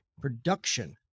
production